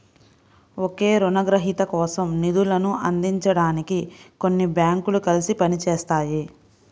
ఒకే రుణగ్రహీత కోసం నిధులను అందించడానికి కొన్ని బ్యాంకులు కలిసి పని చేస్తాయి